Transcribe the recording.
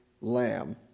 lamb